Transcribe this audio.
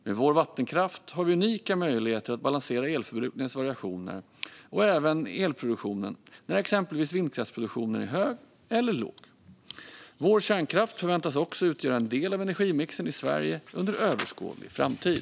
Med vår vattenkraft har vi unika möjligheter att balansera elförbrukningens variationer och även elproduktionen när exempelvis vindkraftsproduktionen är hög eller låg. Vår kärnkraft förväntas också utgöra en del av energimixen i Sverige under överskådlig framtid.